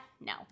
No